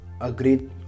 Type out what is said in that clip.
agreed